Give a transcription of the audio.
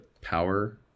power